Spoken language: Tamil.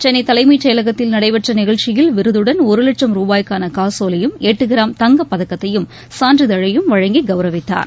சென்னை தலைமைச் செயலகத்தில் நடைபெற்ற நிகழ்ச்சியில் விருதுடன் ஒரு வட்சம் ரூபாய்க்கான காசோலையையும் எட்டு கிராம் தங்கப்பதக்கத்தையும் சான்றிதழையும் வழங்கி கவுரவித்தார்